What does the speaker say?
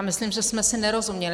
Myslím, že jsme si nerozuměli.